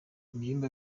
ibyumba